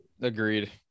Agreed